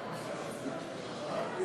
מה שכתוב.